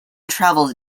travels